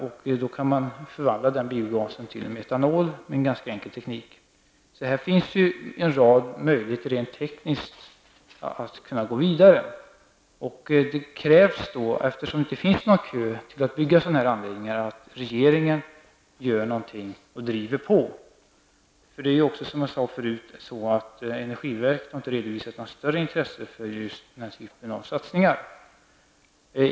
Man kan då med en ganska enkel teknik förvandla den biogasen till metanol. Det finns alltså rent tekniskt en rad möjligheter att gå vidare. Eftersom det inte finns någon kö av personer som är intresserade av att bygga sådana här anläggningar, är det nödvändigt att regeringen gör någonting och driver på. Som jag sade förut har inte heller energiverket redovisat något större intresse för just den här typen av satsningar.